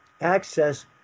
access